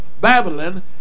Babylon